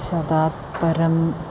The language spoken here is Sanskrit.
शतात्परम्